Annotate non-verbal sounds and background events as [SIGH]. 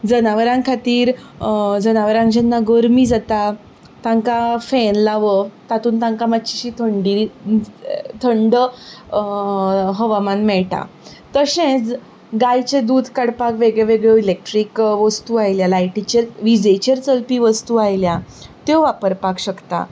जनावरां खातीर जनावरांक जेन्ना गरमी जाता तांकां फॅन लावप तातूंत तांकां मातशी थंडी [UNINTELLIGIBLE] थंड हवामान मेळटा तशेंच गायचें दूद काडपाक वेगळ्यो वेगळ्यो इलेक्ट्रीक वस्तू आयल्या लायटीचेर विजेचेर चलपी वस्तू आयल्या त्यो वापरपाक शकता